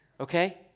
okay